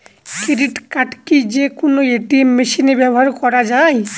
Credit card কি যে কোনো এ.টি.এম মেশিনে ব্যবহার করা য়ায়?